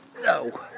No